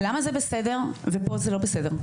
למה זה בסדר ופה זה לא בסדר?